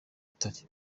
butare